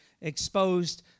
exposed